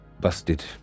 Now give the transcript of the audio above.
Busted